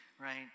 right